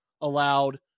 allowed